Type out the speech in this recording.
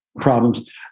problems